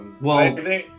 well-